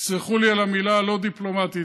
תסלחו לי על המילה הלא-דיפלומטית,